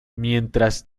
mientras